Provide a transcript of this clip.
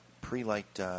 pre-light